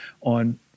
on